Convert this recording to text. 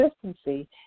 consistency